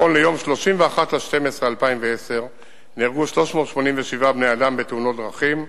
נכון ליום 31 בדצמבר 2010 נהרגו 387 בני-אדם בתאונות דרכים.